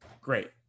great